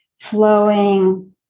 flowing